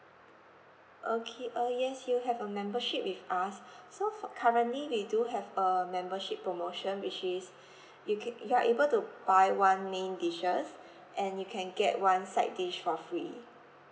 okay uh yes you have a membership with us so for currently we do have a membership promotion which is you ca~ you are able to buy one main dishes and you can get one side dish for free